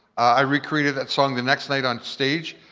i recreated that song the next night on stage.